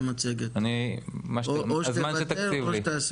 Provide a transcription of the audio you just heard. מה שחשוב.